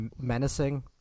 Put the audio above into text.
menacing